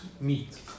meat